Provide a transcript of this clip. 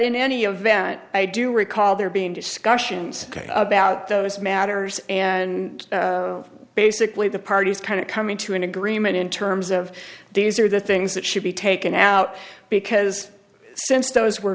in any event i do recall there being discussions about those matters and basically the parties kind of coming to an agreement in terms of these are the things that should be taken out because since those were